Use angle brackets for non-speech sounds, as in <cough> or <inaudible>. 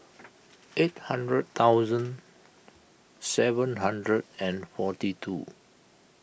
<noise> eight hundred thousand seven hundred and forty two